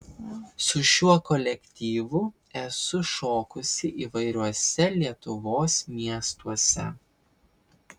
su šiuo kolektyvu esu šokusi įvairiuose lietuvos miestuose